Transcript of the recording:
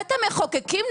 בית המחוקקים,